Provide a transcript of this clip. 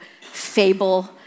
fable